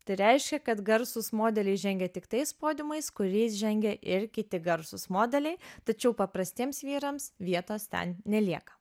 tai reiškia kad garsūs modeliai žengia tiktais podiumais kuriais žengia ir kiti garsūs modeliai tačiau paprastiems vyrams vietos ten nelieka